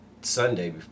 Sunday